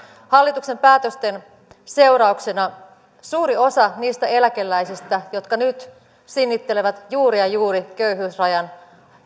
hallituksen päätösten seurauksena suuri osa niistä eläkeläisistä jotka nyt sinnittelevät juuri ja juuri köyhyysrajan